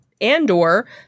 Andor